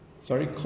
sorry